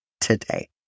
today